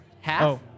half